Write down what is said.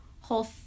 Whole